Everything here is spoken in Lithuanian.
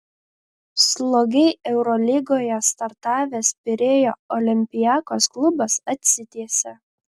slogiai eurolygoje startavęs pirėjo olympiakos klubas atsitiesia